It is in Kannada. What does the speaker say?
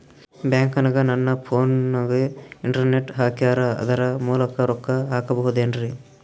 ಬ್ಯಾಂಕನಗ ನನ್ನ ಫೋನಗೆ ಇಂಟರ್ನೆಟ್ ಹಾಕ್ಯಾರ ಅದರ ಮೂಲಕ ರೊಕ್ಕ ಹಾಕಬಹುದೇನ್ರಿ?